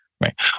right